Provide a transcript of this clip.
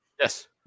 Yes